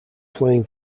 playing